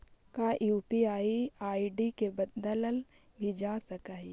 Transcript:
का UPI ID के बदलल भी जा सकऽ हई?